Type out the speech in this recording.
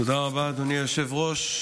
תודה רבה, אדוני היושב-ראש.